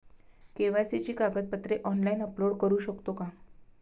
KYC ची कागदपत्रे online upload करू शकतो का?